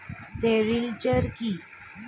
Sericulture কি?